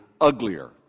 uglier